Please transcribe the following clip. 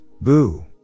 boo